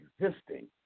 existing